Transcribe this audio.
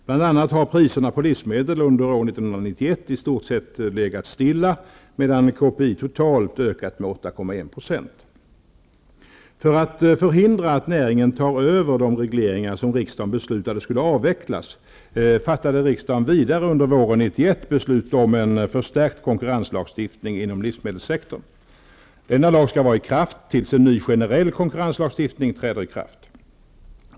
Bland an nat har priserna på livsmedel under år 1991 i stort sett legat stilla, medan För att förhindra att näringen tar över de regleringar som riksdagen beslu tade skulle avvecklas fattade riksdagen vidare våren 1991 beslut om en för stärkt konkurrenslagstiftning inom livsmedelssektorn. Denna lag skall vara i kraft tills en ny generell konkurrenslagstiftning träder i kraft.